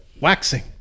Waxing